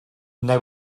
they